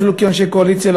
אפילו כאנשי קואליציה.